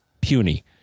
puny